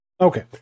Okay